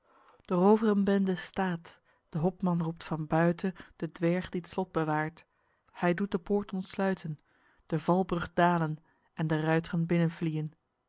de roovrenbende staet de hopman roept van buiten den dwerg die t slot bewaert hy doet de poort ontsluiten de valbrug dalen en de ruitren binnen